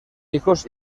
hijos